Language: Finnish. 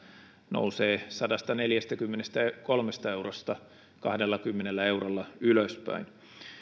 nousee sadastaneljästäkymmenestäkolmesta eurosta kahdellakymmenellä eurolla ylöspäin